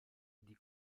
die